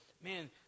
man